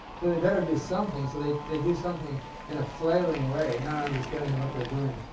so they better do something. so, they they do something in a flailing way, not understanding what they're doing,